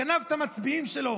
גנב את המצביעים שלו,